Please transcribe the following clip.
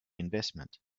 investment